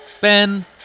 Ben